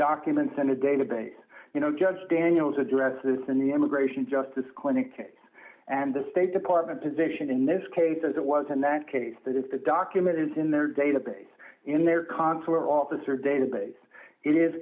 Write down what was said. documents in a database you know judge daniels addresses and the immigration justice clinic and the state department position in this case as it was in that case that is the document is in their database in their consular officer database i